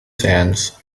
sands